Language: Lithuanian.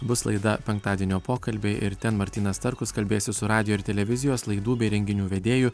bus laida penktadienio pokalbiai ir ten martynas starkus kalbėsis su radijo ir televizijos laidų bei renginių vedėju